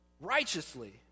righteously